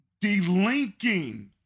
delinking